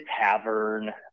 tavern